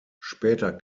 später